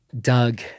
Doug